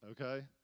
okay